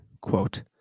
Quote